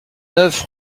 neuf